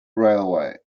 railway